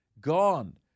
gone